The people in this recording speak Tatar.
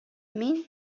мин